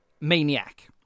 Maniac